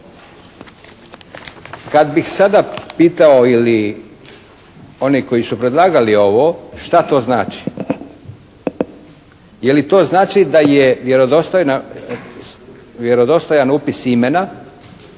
Kad bi sada pitao ili oni koji su predlagali ovo šta to znači. Je li to znači da je vjerodostojan upis imena